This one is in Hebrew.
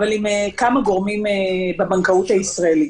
עם כמה גורמים בבנקאות הישראלית.